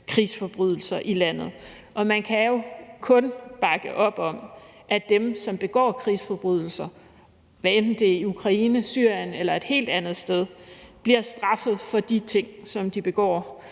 krigsforbrydelser i landet. Og man kan jo kun bakke op om, at dem, som begår krigsforbrydelser, hvad enten det er i Ukraine, Syrien eller et helt andet sted, bliver straffet for de ting, som de begår.